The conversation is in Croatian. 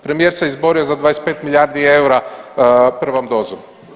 Premijer se izborio za 25 milijardi eura prvom dozom.